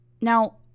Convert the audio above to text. Now